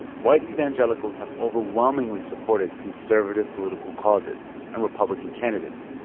white evangelicals have overwhelmingly supported conservative political causes and republican candidates,